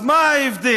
אז מה ההבדל?